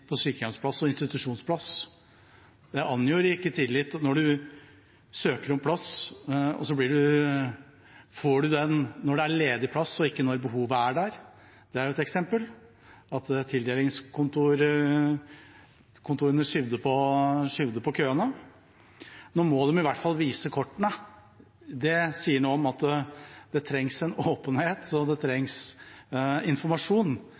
på sykehjems- og institusjonsplasser. Det gir ikke tillit at når en søker om plass, får en den når det er ledig plass, og ikke når behovet er der. Det er et eksempel på at tildelingskontorene har skjøvet på køene. Nå må de i hvert fall vise kortene. Det sier noe om at det trengs åpenhet og informasjon for å skape tillit. Den har ikke vært synliggjort, og da kan en